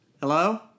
Hello